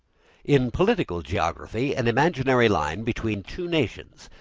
in political geography, an imaginary line between two nations,